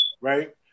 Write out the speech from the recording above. right